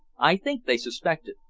i think they suspect it,